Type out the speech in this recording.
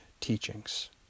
teachings